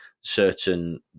certain